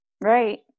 Right